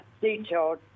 detailed